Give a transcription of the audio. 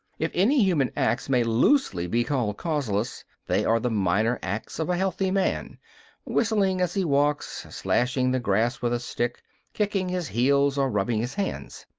if any human acts may loosely be called causeless, they are the minor acts of a healthy man whistling as he walks slashing the grass with a stick kicking his heels or rubbing his hands.